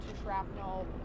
shrapnel